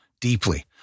deeply